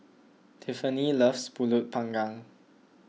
Tiffanie loves Pulut Panggang